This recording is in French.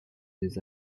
des